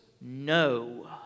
no